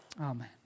Amen